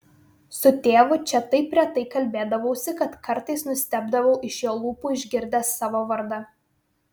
su tėvu čia taip retai kalbėdavausi kad kartais nustebdavau iš jo lūpų išgirdęs savo vardą